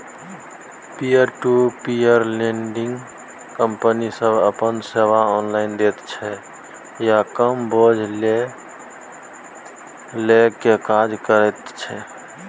peer to peer lending company सब अपन सेवा ऑनलाइन दैत छै आ कम बोझ लेइ के काज करे करैत छै